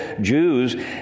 Jews